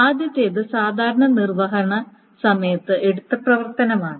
ആദ്യത്തേത് സാധാരണ നിർവ്വഹണ സമയത്ത് എടുത്ത പ്രവർത്തനമാണ്